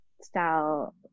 style